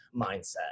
mindset